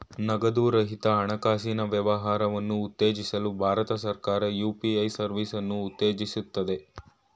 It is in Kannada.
ನಗದು ರಹಿತ ಹಣಕಾಸಿನ ವ್ಯವಹಾರವನ್ನು ಉತ್ತೇಜಿಸಲು ಭಾರತ ಸರ್ಕಾರ ಯು.ಪಿ.ಎ ಸರ್ವಿಸನ್ನು ಉತ್ತೇಜಿಸುತ್ತದೆ